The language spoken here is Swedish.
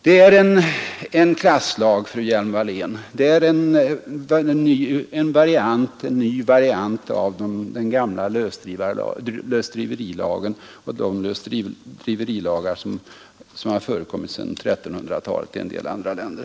Det är en klasslag, fru Hjelm-Wallén, det är en ny variant av den gamla lösdrivarlagen och de lösdrivarlagar som har förekommit sedan 1300-talet i många andra länder.